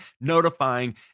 notifying